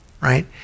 right